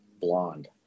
blonde